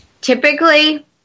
Typically